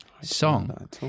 song